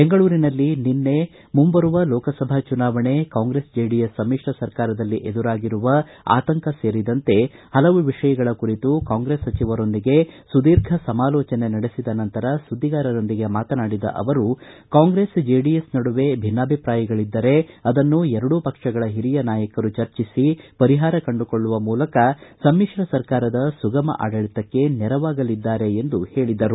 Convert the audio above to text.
ಬೆಂಗಳೂರಿನಲ್ಲಿ ನಿನ್ನೆ ಮುಂಬರುವ ಲೋಕಸಭಾ ಚುನಾವಣೆ ಕಾಂಗ್ರೆಸ್ ಜೆಡಿಎಸ್ ಸಮಿತ್ರ ಸರ್ಕಾರದಲ್ಲಿ ಎದುರಾಗಿರುವ ಆತಂಕ ಸೇರಿದಂತೆ ಪಲವು ವಿಷಯಗಳ ಕುರಿತು ಕಾಂಗ್ರೆಸ್ ಸಚಿವರೊಂದಿಗೆ ಸುದೀರ್ಘ ಸಮಾಲೋಚನೆ ನಡೆಸಿದ ನಂತರ ಸುದ್ದಿಗಾರರೊಂದಿಗೆ ಮಾತನಾಡಿದ ಅವರು ಕಾಂಗ್ರೆಸ್ ಜೆಡಿಎಸ್ ನಡುವೆ ಭಿನ್ನಾಭಿಪ್ರಾಯಗಳಿದ್ದರೆ ಅದನ್ನು ಎರಡೂ ಪಕ್ಷಗಳ ಹಿರಿಯ ನಾಯಕರು ಚರ್ಚಿಸಿ ಪರಿಪಾರ ಕಂಡುಕೊಳ್ಳುವ ಮೂಲಕ ಸಮ್ಮಿಶ್ರ ಸರ್ಕಾರದ ಸುಗಮ ಆಡಳಿತಕ್ಕೆ ನೆರವಾಗಲಿದ್ದಾರೆ ಎಂದು ಹೇಳಿದರು